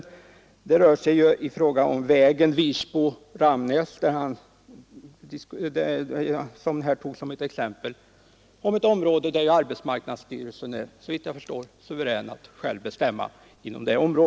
Det handlar om vägen Virsbo—Ramnäs, alltså ett område där arbetsmarknadsstyrelsen är suverän att själv bestämma.